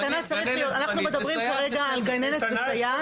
אנחנו מדברים כרגע על גננת וסייעת.